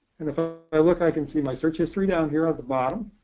and if ah i look i can see my search history down here on the bottom.